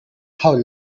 how